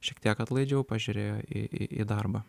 šiek tiek atlaidžiau pažiūrėjo į į į darbą